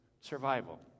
survival